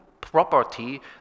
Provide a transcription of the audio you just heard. property